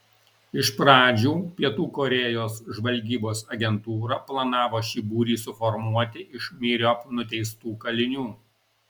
iš pradžių pietų korėjos žvalgybos agentūra planavo šį būrį suformuoti iš myriop nuteistų kalinių